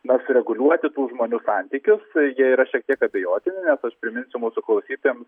na sureguliuoti tų žmonių santykius jie yra šiek tiek abejotini nes aš priminsiu mūsų klausytojam